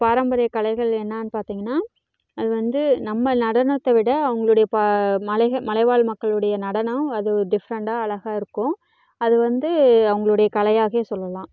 பாரம்பரியக் கலைகள் என்னன்னு பார்த்தீங்கன்னா அது வந்து நம்ம நடனத்தை விட அவங்களுடைய பா மலைக மலைவாழ் மக்களுடைய நடனம் அது டிஃப்ரெண்ட்டாக அழகா இருக்கும் அது வந்து அவங்களுடைய கலையாகவே சொல்லலாம்